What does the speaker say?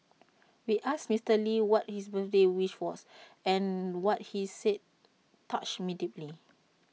we asked Mister lee what his birthday wish was and what he said touched me deeply